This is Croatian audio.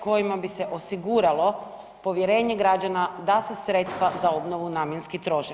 kojima bi se osiguralo povjerenje građana da se sredstva za obnovu namjenski troše.